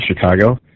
Chicago